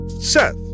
Seth